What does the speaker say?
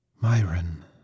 Myron